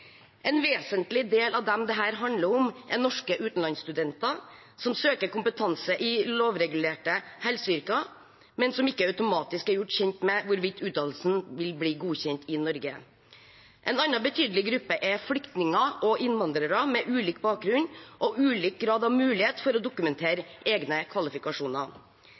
En vesentlig del av dem det her handler om, er norske utenlandsstudenter som søker kompetanse i lovregulerte helseyrker, men som ikke automatisk er gjort kjent med hvorvidt utdannelsen vil bli godkjent i Norge. En annen betydelig gruppe er flyktninger og innvandrere med ulik bakgrunn og ulik grad av mulighet for å dokumentere egne kvalifikasjoner.